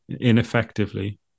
ineffectively